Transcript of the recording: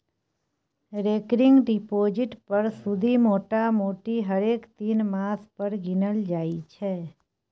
recurring deposit पर सुदि मोटामोटी हरेक तीन मास पर गिनल जाइ छै